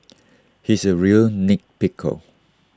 he is A real nit pickle